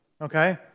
Okay